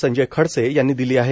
संजय खडसे यांनी दिली आहे